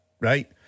right